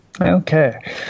Okay